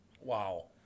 Wow